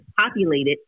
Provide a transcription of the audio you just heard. populated